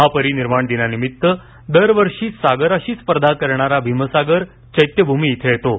महापरिनिर्वाण दिनानिमित्त दरवर्षी सागराशी स्पर्धा करणारा भीमसागर चैत्यभूमीवर येतो